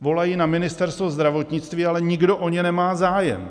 Volají na Ministerstvo zdravotnictví, ale nikdo o ně nemá zájem.